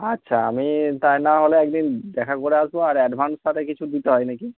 আচ্ছা আমি তাই না হলে একদিন দেখা করে আসবো আর অ্যাডভান্স সাথে কিছু দিতে হয় না কি